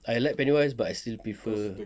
I like penny wise but I still prefer